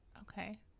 Okay